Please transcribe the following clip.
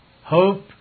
hope